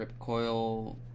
Ripcoil